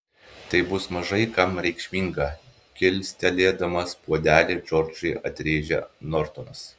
tai bus mažai kam reikšminga kilstelėdamas puodelį džordžui atrėžė nortonas